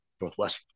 Northwestern